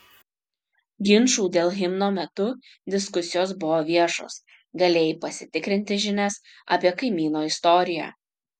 ginčų dėl himno metu diskusijos buvo viešos galėjai pasitikrinti žinias apie kaimyno istoriją